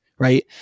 Right